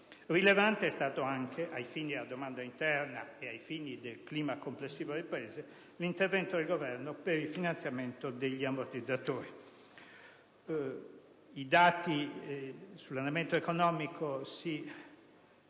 Rilevante è stato anche, ai fini della domanda interna e del clima complessivo del Paese, l'intervento del Governo per il finanziamento degli ammortizzatori. I dati sull'andamento economico si